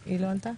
היא לא עלתה?